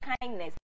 kindness